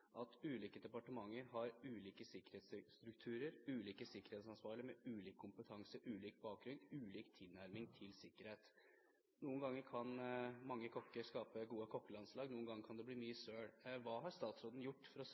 at ulike departementer har ulike sikkerhetsstrukturer, ulike sikkerhetsansvarlige med ulik kompetanse, ulik bakgrunn og ulik tilnærming til sikkerhet. Noen ganger kan mange kokker skape gode kokkelandslag, noen ganger kan det bli mye søl. Hva har statsråden gjort for å